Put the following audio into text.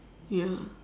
ya